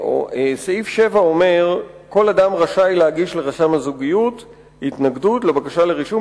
סעיף 7 אומר: כל אדם רשאי להגיש לרשם הזוגיות התנגדות לבקשה לרישום